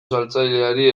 saltzaileari